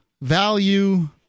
value